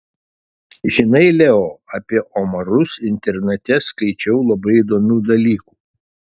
žinai leo apie omarus internete skaičiau labai įdomių dalykų